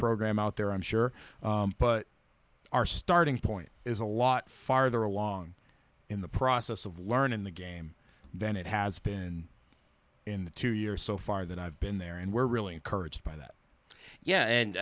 program out there i'm sure but our starting point is a lot farther along in the process of learning the game than it has been in the two years so far that i've been there and we're really encouraged by that yeah